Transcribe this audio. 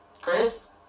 Chris